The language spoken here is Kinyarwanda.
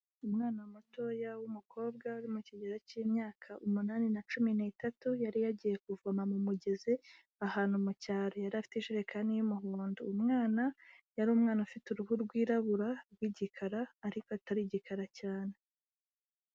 Umwana mutoya w'umukobwa uri mu kigerok'imyaka umunani na cumi n'itatu, yari yagiye kuvoma mu mugezi, ahantu mu cyaro yari afite isherekani y'umuhondo, umwana yari umwana ufite uruhu rwirabura rw'igikara ariko atari igikara cyane.